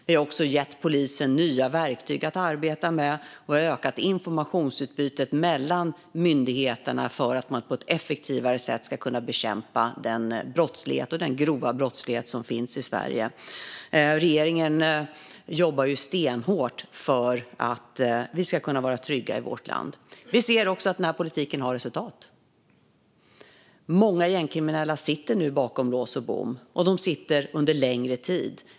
Vi har också gett polisen nya verktyg att arbeta med, och vi har ökat informationsutbytet mellan myndigheterna för att på ett effektivare sätt kunna bekämpa den grova brottslighet som finns i Sverige. Regeringen jobbar stenhårt för att vi ska vara trygga i vårt land. Vi anser att politiken har gett resultat. Många gängkriminella sitter nu bakom lås och bom, och de sitter under längre tid.